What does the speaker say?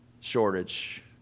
shortage